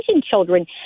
children